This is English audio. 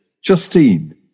Justine